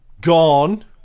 gone